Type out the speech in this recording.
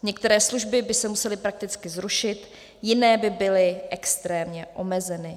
Některé služby by se musely prakticky zrušit, jiné by byly extrémně omezeny.